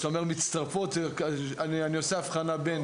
כשאתה אומר "מצטרפות" אני עושה הבחנה בין